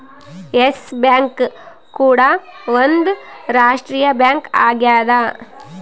S bank ಕೂಡ ಒಂದ್ ರಾಷ್ಟ್ರೀಯ ಬ್ಯಾಂಕ್ ಆಗ್ಯದ